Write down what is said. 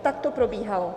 Tak to probíhalo.